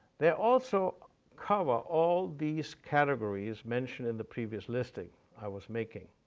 they also cover all these categories mentioned in the previous listing i was making.